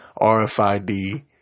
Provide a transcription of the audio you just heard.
RFID